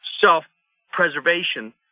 self-preservation